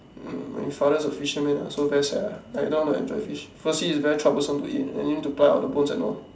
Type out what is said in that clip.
mm my father is a fisherman ah so very sad ah I don't know how to enjoy fish firstly it's very troublesome to eat and you need to pluck out the bones and all